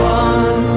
one